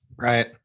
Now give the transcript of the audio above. Right